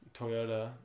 Toyota